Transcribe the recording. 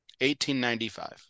1895